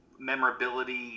memorability